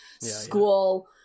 school